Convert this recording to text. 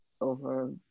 over